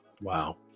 Wow